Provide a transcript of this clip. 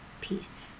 Peace